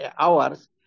hours